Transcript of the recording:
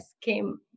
came